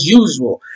usual